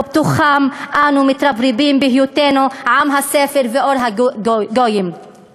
ובתוכם אנחנו מתרברבים בהיותנו עם הספר ואור לגויים.